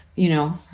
you know,